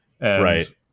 Right